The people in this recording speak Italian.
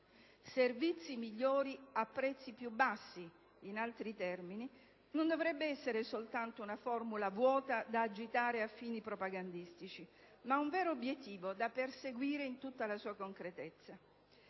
«Servizi migliori a prezzi più bassi» non dovrebbe essere soltanto una formula vuota da agitare a fini propagandistici, ma un vero obiettivo da perseguire in tutta la sua concretezza.